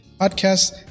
podcast